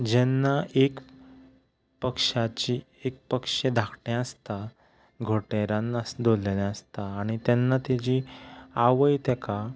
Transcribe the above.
जेन्ना एक पक्षाचें एक पक्ष धाकटें आसता घोटेंरान दवरलेलें आसता तेन्ना तें ताजी आवय ताका